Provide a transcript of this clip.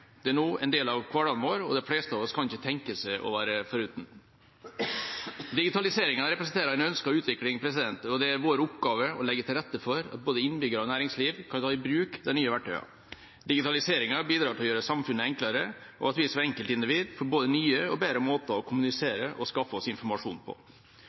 Det er nå en del av hverdagen vår, og de fleste av oss kan ikke tenke seg å være det foruten. Digitaliseringa representerer en ønsket utvikling. Det er vår oppgave å legge til rette for at både innbyggere og næringsliv kan ta i bruk de nye verktøyene. Digitaliseringa bidrar til å gjøre samfunnet enklere og til at vi som enkeltindivid får både nye og bedre måter å kommunisere og skaffe oss informasjon på.